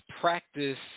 practice